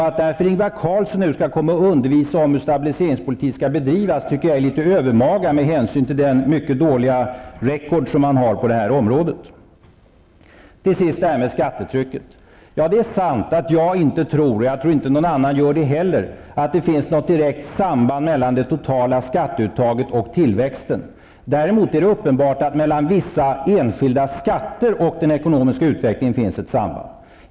Att Ingvar Carlsson nu skall komma och undervisa om hur stabiliseringspolitik skall bedrivas tycker jag är litet övermaga, med hänsyn till den mycket dåliga ''record'' som han har på det här området. Till sist några ord om skattetrycket. Ja, det är sant att jag inte tror -- och jag tror inte att någon annan heller gör det -- att det finns något direkt samband mellan det totala skatteuttaget och tillväxten. Däremot är det uppenbart att det beträffande vissa enskilda skatter och den ekonomiska utvecklingen finns ett samband.